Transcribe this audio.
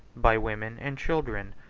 by women and children,